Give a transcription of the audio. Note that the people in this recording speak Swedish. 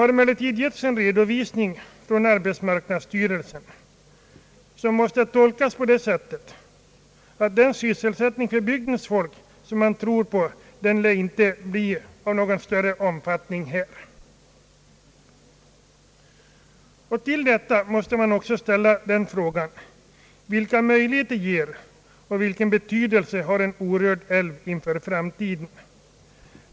Arbetsmarknadsstyrelsen har emellertid givit en redovisning, som måste tolkas på det sättet, att den sysselsättning för bygdens folk som man förväntar sig inte lär bli av någon större omfattning. Till detta måste man även ställa frågan: Vilka möjligheter ger och vilken betydelse har en orörd älv inför framtiden?